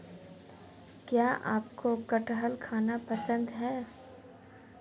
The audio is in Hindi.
क्या आपको कठहल खाना पसंद है?